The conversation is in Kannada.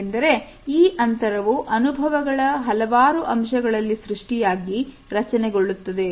ಏಕೆಂದರೆ ಈ ಅಂತರವು ಅನುಭವಗಳ ಹಲವಾರು ಅಂಶಗಳಲ್ಲಿ ಸೃಷ್ಟಿಯಾಗಿ ರಚನೆ ಗೊಳ್ಳುತ್ತದೆ